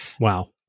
Wow